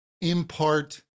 impart